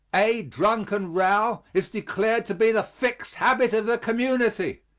a drunken row is declared to be the fixed habit of the community.